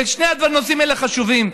שני הנושאים האלה חשובים.